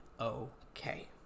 okay